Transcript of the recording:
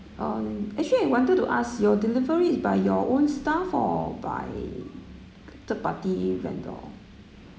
um actually I wanted to ask your delivery it's by your own staff or by third party vendor